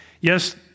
Yes